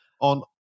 on